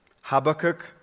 Habakkuk